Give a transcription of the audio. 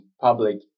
public